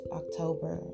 october